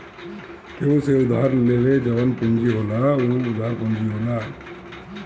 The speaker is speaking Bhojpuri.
केहू से उधार लेके जवन पूंजी होला उ उधार पूंजी होला